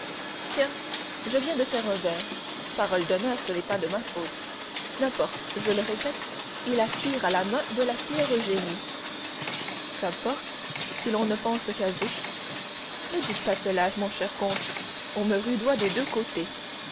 tiens je viens de faire un vers parole d'honneur ce n'est pas de ma faute n'importe je le répète il aspire à la main de la fière eugénie qu'importe si l'on ne pense qu'à vous ne dites pas cela mon cher comte on me rudoie des deux côtés